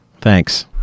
Thanks